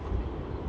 ya ya